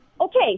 okay